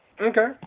okay